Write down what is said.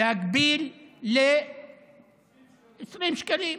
להגביל ל-20 שקלים,